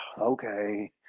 okay